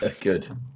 Good